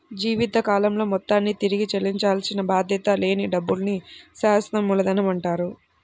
జీవితకాలంలో మొత్తాన్ని తిరిగి చెల్లించాల్సిన బాధ్యత లేని డబ్బుల్ని శాశ్వత మూలధనమంటారు